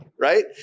right